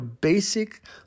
basic